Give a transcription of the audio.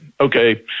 okay